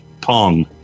pong